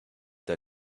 that